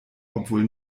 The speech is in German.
obwohl